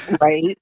Right